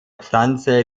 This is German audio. pflanze